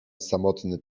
samotny